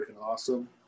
awesome